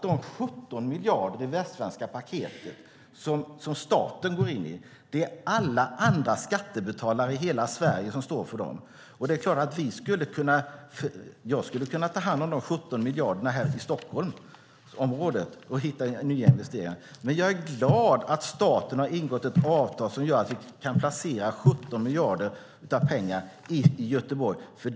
De 17 miljarder i Västsvenska paketet som staten går in med står alla skattebetalare i Sverige för. Jag skulle kunna ta hand om dessa 17 miljarder här i Stockholmsområdet och hitta nya investeringar, men jag är glad att staten har ingått ett avtal som gör att vi kan placera 17 miljarder i Göteborg.